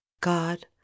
god